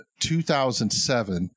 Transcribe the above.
2007